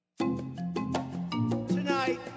Tonight